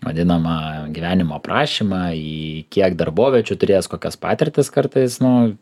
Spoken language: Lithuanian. vadinamą gyvenimo aprašymą į kiek darboviečių turėjęs kokios patirtys kartais nu